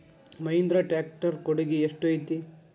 Mahindra tractor ಕೊಡುಗೆ ಎಷ್ಟು ಐತಿ?